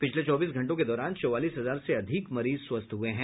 पिछले चौबीस घंटों के दौरान चौबालीस हजार से अधिक मरीज स्वस्थ हुए हैं